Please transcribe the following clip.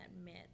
admit